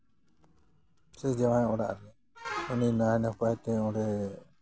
ᱥᱮ ᱡᱟᱶᱟᱭ ᱚᱲᱟᱜ ᱨᱮ ᱩᱱᱤ ᱱᱟᱭᱼᱱᱟᱯᱟᱭ ᱛᱮ ᱚᱸᱰᱮᱭᱮ